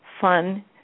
fun